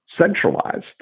centralized